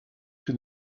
que